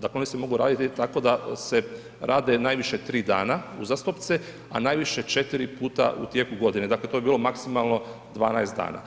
dakle oni se mogu raditi tako da se rade najviše tri dana uzastopce a najviše 4 puta u tijeku godine, dakle to bi bilo maksimalno 12 dana.